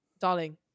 darling